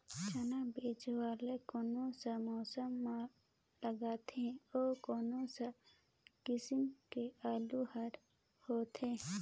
चाना बीजा वाला कोन सा मौसम म लगथे अउ कोन सा किसम के आलू हर होथे?